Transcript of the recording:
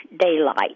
daylight